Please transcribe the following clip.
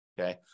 Okay